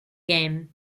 game